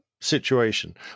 situation